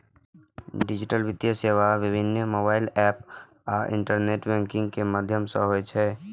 digital वित्तीय सेवा विभिन्न मोबाइल एप आ इंटरनेट बैंकिंग के माध्यम सं होइ छै